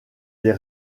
des